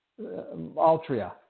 Altria